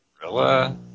gorilla